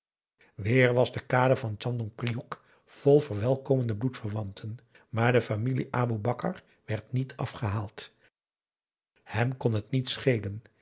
weer was de kade van tandjong priok vol verwelkomende bloedverwanten maar de familie aboe bakar werd niet afgehaald hem kon t niet schelen